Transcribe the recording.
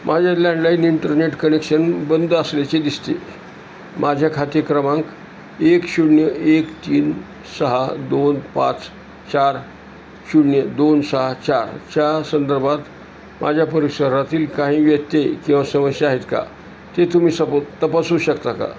माझ्या landline internet connection बंद असल्याचे दिसते माझ्या खाते क्रमांक एक शून्य एक तीन सहा दोन पाच चार शून्य दोन सहा चारच्या संदर्भात माझ्या परिसरातील काही व्यत्यय किंवा समस्या आहेत का ते तुम्ही सपो तपासू शकता का